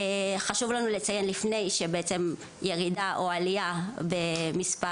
חשוב לנו לציין מראש שירידה או עלייה במספר